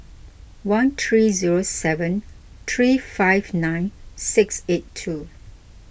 one three zero seven three five nine six eight two